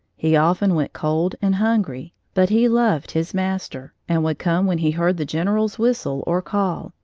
he often went cold and hungry, but he loved his master and would come when he heard the general's whistle or call,